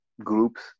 groups